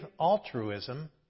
altruism